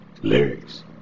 lyrics